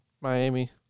Miami